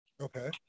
okay